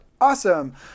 awesome